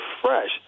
fresh